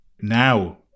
now